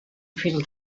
fil